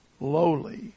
lowly